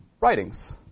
writings